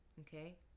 okay